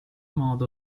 modo